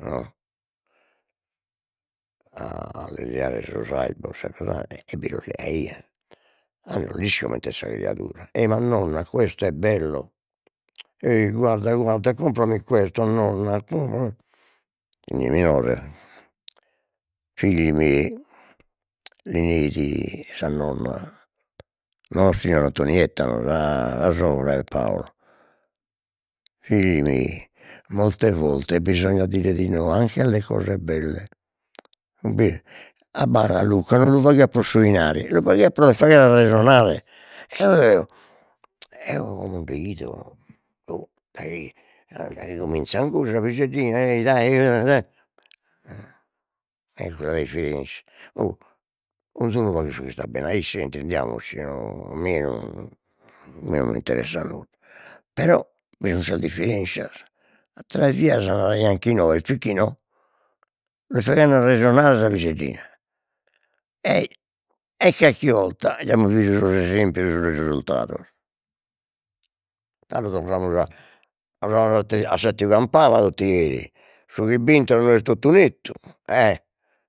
no, a a lis leare sos albos, sas 'odales, e bi los leaiat, tando l'ischis coment'est sa criadura, ma nonna questo è bello, e guarda guarda comprami questo nonna fin minores, figli miei lis neit sa nonna, non signora Antonietta, sa sogra 'e Paolo, figli miei molte volte bisogna dire di no anche alle cose belle, cumpresu, abbaida Luca non lu faghiat pro su 'inari, lu faghiat pro los fagher arrejonare, eo como nde 'ido bo ei da daghi cominzas gosi sa piseddina, e dai ecco sa differenscia 'onzunu faghet su chi istat bene a isse intendiamoci no a mie no a mie non m'interessat nudda, però sun sas differenscias, atteras bias naraian chi no e fit chi no, los faghian arrejonare sa piseddina e calchi 'olta già amus bidu sos esempios, sos resultados. Tando torramus a torramus a te a se tiu Campada a Otieri, su chi b'intrat no est totu nettu e